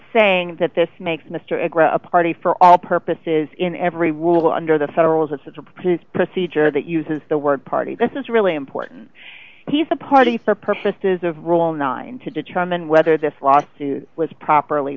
saying that this makes mr a party for all purposes in every rule under the federal as it's a procedure that uses the word party this is really important he's a party for purposes of rule nine to determine whether this lawsuit was properly